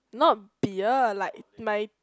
not beer like my